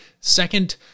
Second